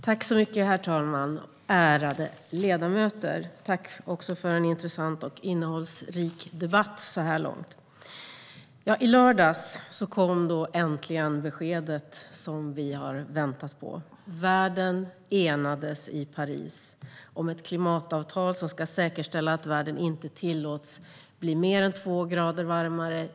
Herr talman och ärade ledamöter! Tack för en intressant och innehållsrik debatt så här långt! I lördags kom äntligen beskedet som vi har väntat på. Världens länder enades i Paris om ett klimatavtal som ska säkerställa att världen inte tillåts bli mer än två grader varmare.